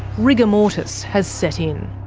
rigor mortis has set in.